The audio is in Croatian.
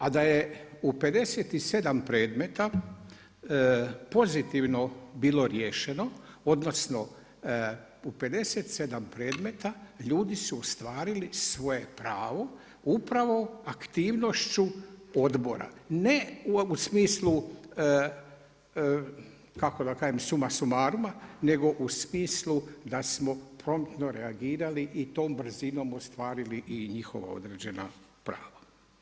A da je u 57 predmeta pozitivno bilo riješeno, odnosno u 57 predmeta ljudi su ostvarili svoje pravo upravo aktivnošću odbora, ne u smislu kako da kažem summa summaruma nego u smislu da smo promptno reagirali i tom brzinom ostvarili i njihova određena prava.